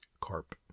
Carp